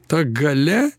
ta galia